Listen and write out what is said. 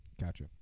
Gotcha